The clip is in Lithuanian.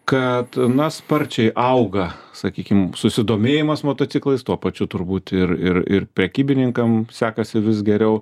kad na sparčiai auga sakykim susidomėjimas motociklais tuo pačiu turbūt ir ir ir prekybininkam sekasi vis geriau